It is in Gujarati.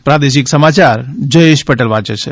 પ્રાદેશિક સમાચાર જયેશ પટેલ વાંચે છે